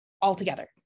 altogether